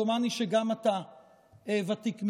דומני שגם אתה ותיק ממני.